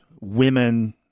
women